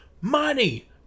money